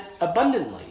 abundantly